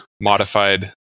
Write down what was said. modified